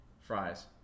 fries